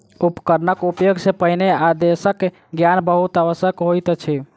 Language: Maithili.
उपकरणक उपयोग सॅ पहिने अनुदेशक ज्ञान बहुत आवश्यक होइत अछि